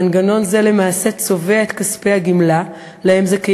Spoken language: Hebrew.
מנגנון זה למעשה צובע את כספי הגמלה שלהם זכאים